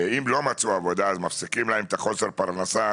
אם לא מצאו עבודה - מפסיקים להם את חוסר הפרנסה